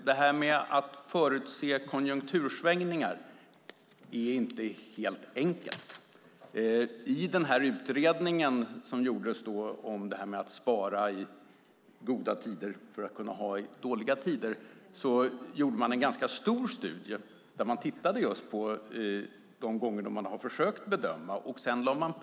Fru talman! Att förutse konjunktursvängningar är inte helt enkelt. I utredningen som gjordes om att spara i goda tider för att ha i dåliga tider gjorde man en stor studie där man tittade på de gånger som man har försökt att göra en bedömning.